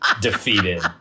defeated